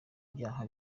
ibyaha